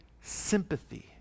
sympathy